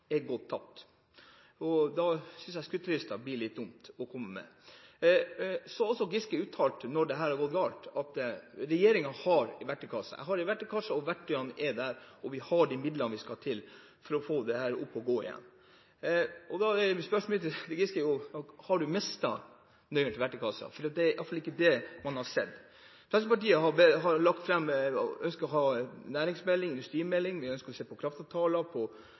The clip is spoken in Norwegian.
Da synes jeg det blir litt dumt å komme med skrytelisten. Så har Giske også uttalt, når dette har gått galt, at regjeringen har en verktøykasse. Han har en verktøykasse, verktøyene er der, og man har de midlene som skal til for å få dette opp å gå igjen. Da er spørsmålet mitt til Giske: Har han mistet nøkkelen til verktøykassa? Det er iallfall ikke det man har sett. Fremskrittspartiet ønsker å få en næringsmelding, en industrimelding. Vi ønsker å se på